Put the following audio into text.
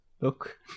look